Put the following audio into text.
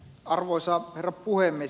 arvoisa herra puhemies